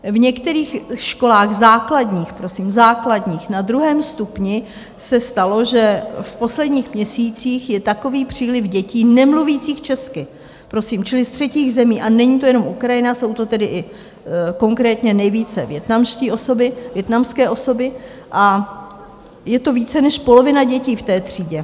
V některých školách základních, prosím, základních, na druhém stupni se stalo, že v posledních měsících je takový příliv dětí nemluvících česky, prosím, čili z třetích zemí, a není to jenom Ukrajina, jsou to tedy i konkrétně nejvíce vietnamské osoby, a je to více než polovina dětí v té třídě.